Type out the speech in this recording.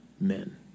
men